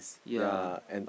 ya